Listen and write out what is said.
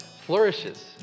flourishes